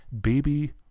Baby